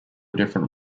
different